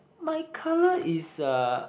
my colour is uh